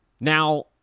Now